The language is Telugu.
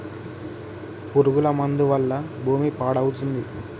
పురుగుల మందు వల్ల భూమి పాడవుతుంది